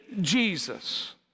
Jesus